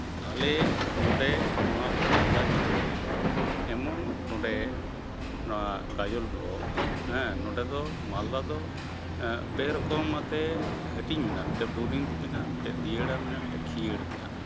ᱟᱞᱮ ᱱᱚᱰᱮ ᱱᱚᱣᱟ ᱢᱟᱞᱫᱟ ᱡᱤᱞᱟᱹ ᱨᱮᱫᱚ ᱮᱢᱚᱱ ᱱᱚᱰᱮ ᱱᱚᱣᱟ ᱜᱟᱡᱚᱞ ᱵᱞᱚᱠ ᱦᱮᱸ ᱱᱚᱰᱮ ᱫᱚ ᱢᱟᱞᱫᱟ ᱫᱚ ᱯᱮ ᱨᱚᱠᱚᱢᱟᱛᱮᱫ ᱦᱟᱹᱴᱤᱧ ᱢᱮᱱᱟᱜᱼᱟ ᱢᱤᱫᱴᱮᱡ ᱵᱳᱨᱤᱝᱛᱤᱯᱤ ᱢᱮᱱᱟᱜᱼᱟ ᱢᱤᱫᱴᱮᱡ ᱫᱤᱭᱟᱹᱲᱟ ᱢᱮᱱᱟᱜᱼᱟ ᱢᱤᱫᱴᱮᱡ ᱠᱷᱤᱭᱟᱹᱲ ᱢᱮᱱᱟᱜᱫᱼᱟ